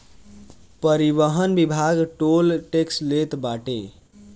परिवहन विभाग toll tax लेत बाटे